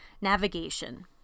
navigation